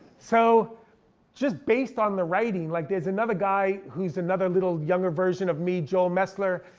so just based on the writing, like there's another guy who's another little younger version of me, joel mesler.